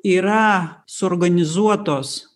yra suorganizuotos